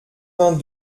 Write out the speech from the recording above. vingt